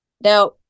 Now